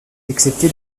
excepté